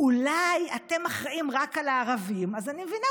אולי אתם אחראים רק לערבים, אז אני מבינה.